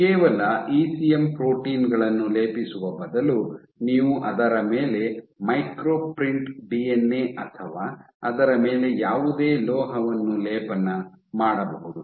ಕೇವಲ ECM protein ಗಳನ್ನು ಲೇಪಿಸುವ ಬದಲು ನೀವು ಅದರ ಮೇಲೆ ಮೈಕ್ರೋ ಪ್ರಿಂಟ್ ಡಿಎನ್ಎ ಅಥವಾ ಅದರ ಮೇಲೆ ಯಾವುದೇ ಲೋಹವನ್ನು ಲೇಪನ ಮಾಡಬಹುದು